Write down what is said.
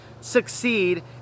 succeed